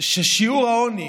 ששיעור העוני